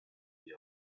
the